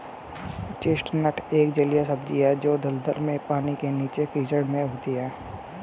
chestnut एक जलीय सब्जी है जो दलदल में, पानी के नीचे, कीचड़ में उगती है